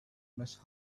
must